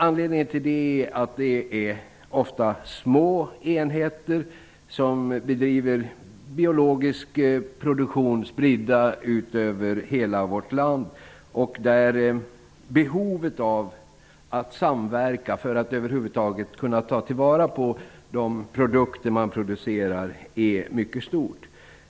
Anledningen till det är att det ofta är små enheter som bedriver biologisk produktion, spridda ut över hela vårt land, och där behovet av att samverka för att över huvud taget kunna ta till vara de produkter de framställer är mycket stort.